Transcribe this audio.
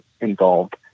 involved